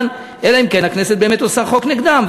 אלא אם כן הכנסת באמת עושה חוק נגדם,